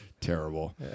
Terrible